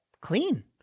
clean